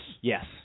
Yes